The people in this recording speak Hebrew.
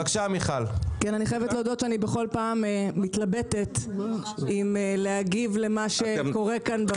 אני חייבת להודות שאני בכל פעם מתלבטת אם להגיב למה שקורה כאן בוועדה.